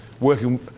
working